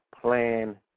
Plan